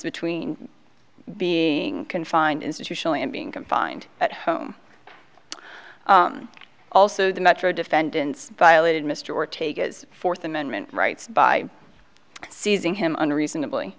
between being confined institutionally and being confined at home also the metro defendants violated mr ortega's fourth amendment rights by seizing him unreasonably